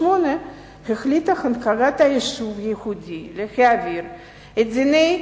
החליטה הנהגת היישוב היהודי להעביר את דיני